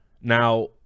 Now